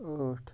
ٲٹھ